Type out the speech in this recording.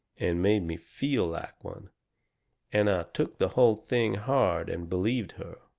and made me feel like one and i took the whole thing hard and believed her.